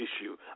issue